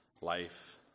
life